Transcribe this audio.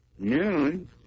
noon